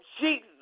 Jesus